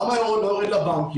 למה הוא לא יורד לבנקים,